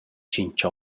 tschinch